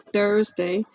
Thursday